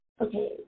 okay